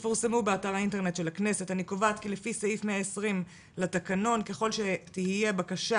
קובעת כי לפי סעיף 120 לתקנון, ככל שתהיה בקשה